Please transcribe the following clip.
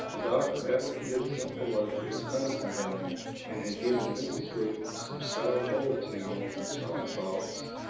the doctor, after he had sent below for his medicine-bag and had given mrs. luke some sal volatile and smelling-salts,